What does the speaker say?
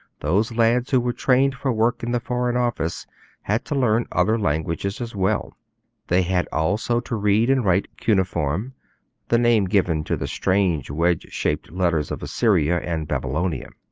those lads who were trained for work in the foreign office had to learn other languages as well they had also to read and write cuneiform' the name given to the strange wedge-shaped letters of assyria and babylonia.